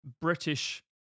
British